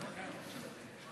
בפעם השנייה.